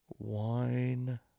wine